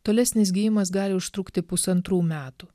tolesnis gijimas gali užtrukti pusantrų metų